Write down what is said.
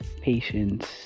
patience